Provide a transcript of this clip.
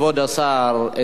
כבוד השר,